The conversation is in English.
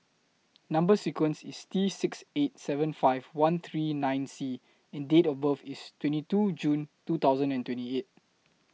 Number sequence IS T six eight seven five one three nine C and Date of birth IS twenty two June two thousand and twenty eight